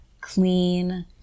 Clean